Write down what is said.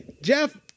Jeff